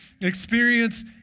experience